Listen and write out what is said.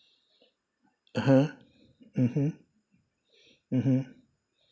(uh huh) mmhmm mmhmm